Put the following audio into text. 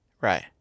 Right